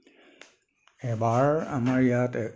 এবাৰ আমাৰ ইয়াত